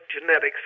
genetics